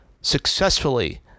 successfully